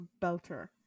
Belter